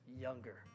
younger